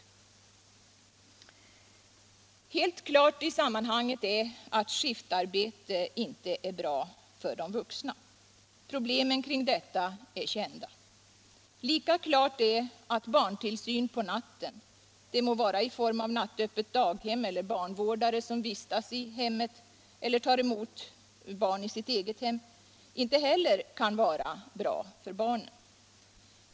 Helt klart i sammanhanget är att skiftarbete inte är bra för de vuxna. Problemen kring detta är kända. Lika klart är att barntillsyn på natten, det må vara i form av nattöppet daghem eller barnvårdare som vistas i barnets hem eller tar emot barn i sitt eget, inte är till fördel för barnen.